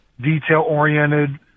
detail-oriented